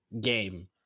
game